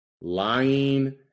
lying